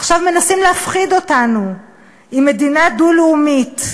עכשיו, מנסים להפחיד אותנו עם מדינה דו-לאומית.